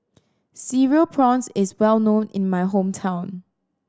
Cereal Prawns is well known in my hometown